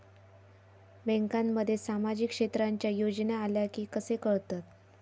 बँकांमध्ये सामाजिक क्षेत्रांच्या योजना आल्या की कसे कळतत?